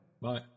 Bye